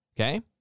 okay